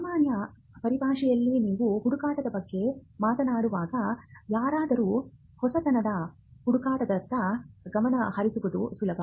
ಸಾಮಾನ್ಯ ಪರಿಭಾಷೆಯಲ್ಲಿ ನೀವು ಹುಡುಕಾಟದ ಬಗ್ಗೆ ಮಾತನಾಡುವಾಗ ಯಾರಾದರೂ ಹೊಸತನದ ಹುಡುಕಾಟದತ್ತ ಗಮನಹರಿಸುವುದು ಸುಲಭ